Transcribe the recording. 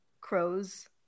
Crows